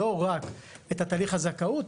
לא רק תהליך הזכאות,